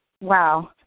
Wow